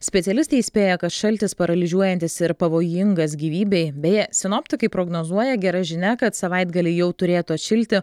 specialistai įspėja kad šaltis paralyžiuojantis ir pavojingas gyvybei beje sinoptikai prognozuoja gera žinia kad savaitgalį jau turėtų atšilti